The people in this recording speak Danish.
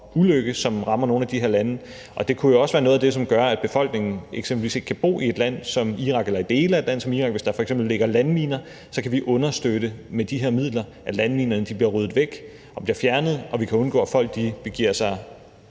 ulykke, som rammer nogle af de her lande. Det kunne jo også være noget af det, som gør, at befolkningen eksempelvis ikke kan bo i et land som Irak eller i dele af et land som Irak, hvis der f.eks. ligger landminer. Så kan vi med de her midler understøtte, at landminerne bliver ryddet væk og bliver fjernet, og vi kan undgå, at folk begiver sig